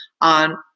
on